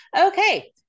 Okay